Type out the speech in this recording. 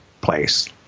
place